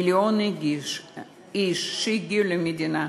מיליון איש שהגיעו למדינה,